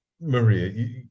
Maria